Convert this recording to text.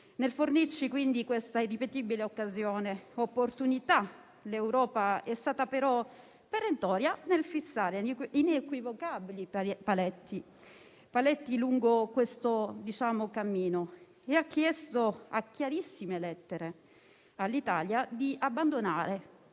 Nel fornirci, quindi, questa irripetibile occasione e opportunità, l'Europa è stata però perentoria nel fissare inequivocabili paletti lungo questo cammino e ha chiesto a chiarissime lettere all'Italia di abbandonare